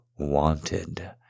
wanted